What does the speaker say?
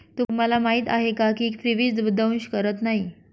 तुम्हाला माहीत आहे का की फ्रीबीज दंश करत नाही